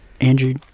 Andrew